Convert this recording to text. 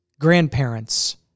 grandparents